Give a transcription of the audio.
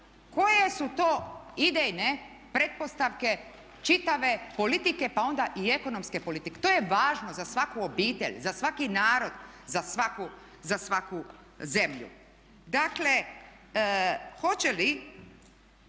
Koje su to idejne pretpostavke čitave politike, pa onda i ekonomske politike. To je važno za svaku obitelj, za svaki narod, za svaku zemlju. Dakle, hoće li